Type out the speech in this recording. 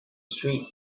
streets